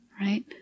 Right